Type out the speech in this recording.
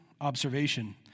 observation